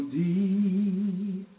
deep